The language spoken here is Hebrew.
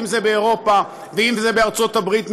אם זה באירופה ואם זה בארצות-הברית,